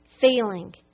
feeling